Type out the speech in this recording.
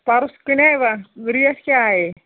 پَرُس کٕنیوا ریٹ کیٛاہ آیے